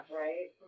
right